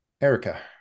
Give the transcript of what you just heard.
Erica